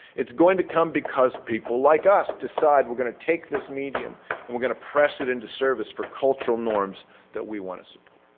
it's going to come because people like us decide we're going to take this medium and we're going to press it into service for cultural norms that we want to ah